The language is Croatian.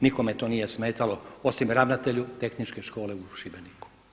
Nikome to nije smetalo osim ravnatelju Tehničke škole u Šibeniku.